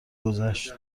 گذشت